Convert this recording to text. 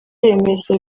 remezo